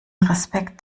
respekt